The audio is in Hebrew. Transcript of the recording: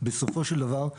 בסופו של דבר,